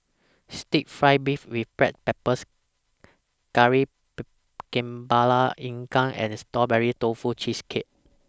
Stir Fry Beef with Black Pepper Kari Kepala Ikan and Strawberry Tofu Cheesecake